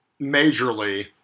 majorly